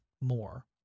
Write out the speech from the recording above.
more